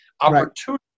opportunity